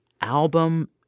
album